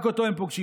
רק אותו הם פוגשים.